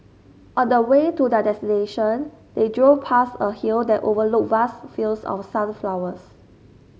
on the way to their destination they drove past a hill that overlooked vast fields of sunflowers